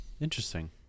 Interesting